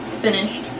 Finished